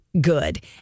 good